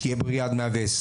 שתהיה בריאה עד 120,